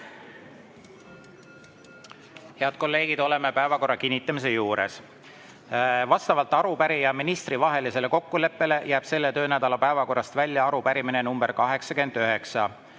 Head kolleegid, oleme päevakorra kinnitamise juures. Vastavalt arupärija ja ministri vahelisele kokkuleppele jääb selle töönädala päevakorrast välja arupärimine nr 89,